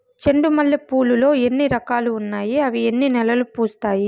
చెండు మల్లె పూలు లో ఎన్ని రకాలు ఉన్నాయి ఇవి ఎన్ని నెలలు పూస్తాయి